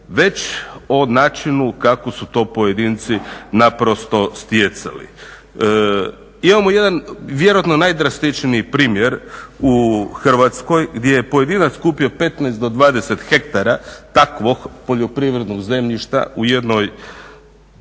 već o načinu kako su to pojedinci stjecali. Imamo jedan vjerojatno najdrastičniji primjer u Hrvatskoj gdje je pojedinac kupio 15 do 20 hektara takvog poljoprivrednog zemljišta u jednoj